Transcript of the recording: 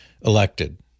elected